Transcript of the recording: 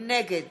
נגד